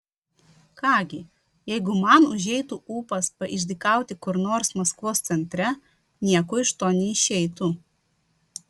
ką gi jeigu man užeitų ūpas paišdykauti kur nors maskvos centre nieko iš to neišeitų